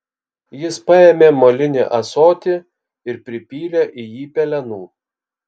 jis paėmė molinį ąsotį ir pripylė į jį pelenų